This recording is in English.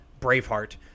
Braveheart